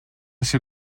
ser